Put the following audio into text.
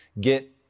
get